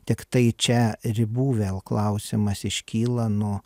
tiktai čia ribų vėl klausimas iškyla nu